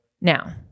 now